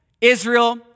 Israel